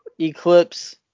Eclipse